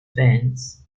fans